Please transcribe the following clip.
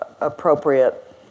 appropriate